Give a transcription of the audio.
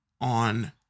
on